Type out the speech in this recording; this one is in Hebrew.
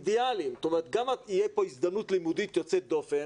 גם תהיה כאן הזדמנות לימודית יוצאת דופן,